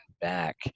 back